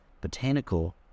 botanical